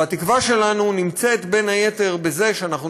והתקווה שלנו נמצאת בין היתר בזה שאנחנו